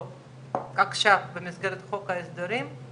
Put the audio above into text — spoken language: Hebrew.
כשבחנו בתוכנית האסטרטגית את גידול האוכלוסייה,